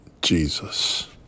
Jesus